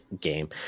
game